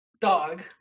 Dog